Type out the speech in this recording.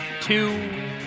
two